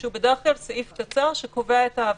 שהוא בדרך כלל סעיף קצר שקובע את העבירות.